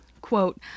Quote